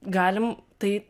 galim tai